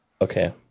Okay